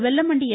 Vellamandi என்